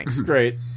Great